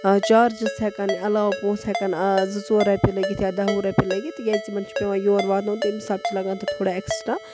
charges ہٮ۪کان عَلاو پونٛسہٕ ہٮ۪کان آ زٕ ژور رۄپیہِ لٲگِتھ یا دَہ وُہ رۄپیہِ لٲگِتھ تِکیٛازِ تِمن چھِ پٮ۪وان یور واتُن تمہِ حِساب چھِ لَگان تَتھ تھوڑا اٮ۪کٕسٹرا